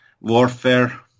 warfare